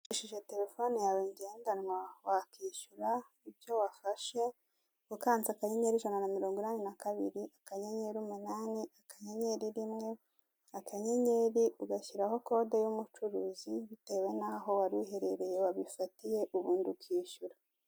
Ukoresheje telefone yawe ngendanwa wakwishyura icyo wafashe ukanze akanyenyeri ijana na mirongo inani n'akabiri, akanyenyeri umunani, akanyenyeri rimwe akanyenyeri ugashyiraho kode y'umucuruzi bitewe n'aho waruheruherereye wabifatiye ubundi ukishyura.